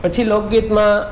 પછી લોકગીતમાં